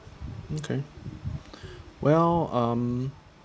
okay well um